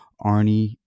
Arnie